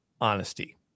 honesty